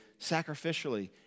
sacrificially